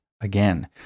again